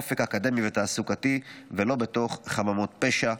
אופק אקדמי ותעסוקתי, ולא בתוך חממות פשע.